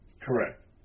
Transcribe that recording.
Correct